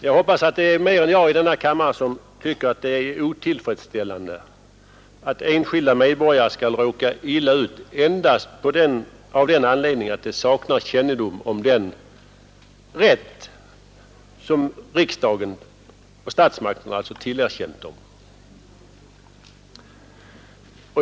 Jag hoppas att fler än jag i denna kammare tycker att det är otillfredsställande att enskilda medborgare skall råka illa ut endast av den anledningen att de saknar kännedom om den rätt riksdagen och statsmakterna tillerkänt dem.